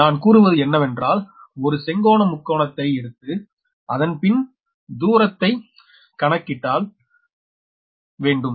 நான் கூறுவது என்னவென்றால் ஒரு செங்கோண முக்கோணத்தை எடுத்து அதன் பின் இந்த தூரத்தை கணக்கிட்டால் வேண்டும்